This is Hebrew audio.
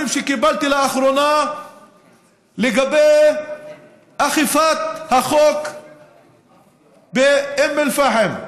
שקיבלתי לאחרונה לגבי אכיפת החוק באום אל-פחם.